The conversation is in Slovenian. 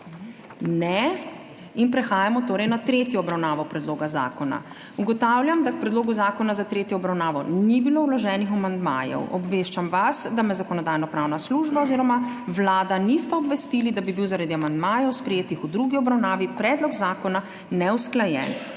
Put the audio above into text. Ne. Prehajamo torej na **tretjo obravnavo** predloga zakona. Ugotavljam, da k predlogu zakona za tretjo obravnavo ni bilo vloženih amandmajev. Obveščam vas, da me Zakonodajno-pravna služba oziroma Vlada nista obvestili, da bi bil zaradi amandmajev, sprejetih v drugi obravnavi, predlog zakona neusklajen.